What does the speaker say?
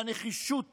והנחישות